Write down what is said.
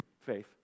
faith